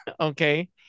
Okay